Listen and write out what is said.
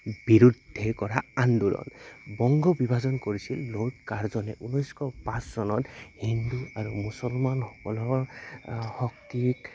বিৰুদ্ধে কৰা আন্দোলন বংগ বিভাজন কৰিছিল ঊনৈছশ পাঁচ চনত হিন্দু আৰু মুছলমানসকলৰ শক্তিক